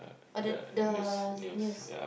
but the the news